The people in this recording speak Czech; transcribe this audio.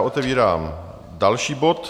Otevírám další bod.